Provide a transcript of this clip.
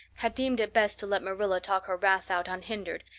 had deemed it best to let marilla talk her wrath out unhindered,